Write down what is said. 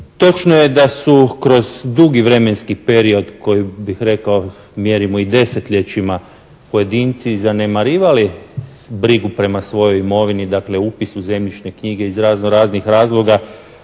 Točno je da su kroz dugi vremenski period koji bih rekao mjerimo i desetljećima pojedinci zanemarivali brigu prema svojoj imovini. Dakle, upis u zemljišne knjige iz razno raznih razloga